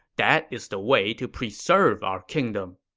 that is the way to preserve our kingdom.